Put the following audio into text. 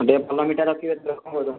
ହଁ ଟିକିଏ ଭଲ ମିଠା ରଖିବେ ତ କ'ଣ କହୁଛନ୍ତି